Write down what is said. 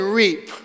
reap